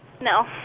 No